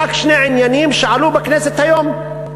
רק שני עניינים שעלו בכנסת היום: